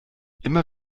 immer